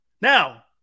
now